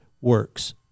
works